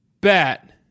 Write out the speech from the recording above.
Bat